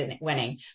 winning